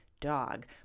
dog